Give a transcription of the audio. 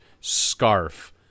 scarf